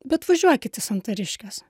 bet važiuokit į santariškes